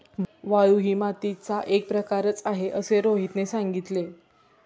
वाळू ही मातीचा एक प्रकारच आहे असे रोहितने सांगितले